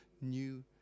new